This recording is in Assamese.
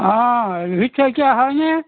অঁ লোহিত শইকীয়া হয়নে